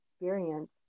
experience